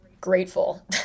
grateful